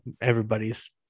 everybody's